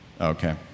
Okay